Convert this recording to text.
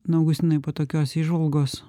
na augustinai po tokios įžvalgos